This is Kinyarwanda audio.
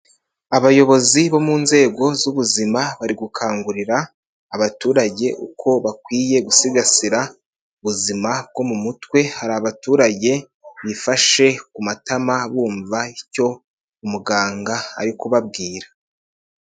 Abayobozi bo mu nzego z'ubuzima bari gukangurira abaturage uko bakwiye gusigasira ubuzima bwo mu mutwe, hari abaturage bifashe ku matama bumva icyo umuganga ari kubabwira.